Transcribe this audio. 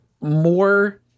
more